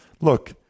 Look